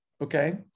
Okay